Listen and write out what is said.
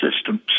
systems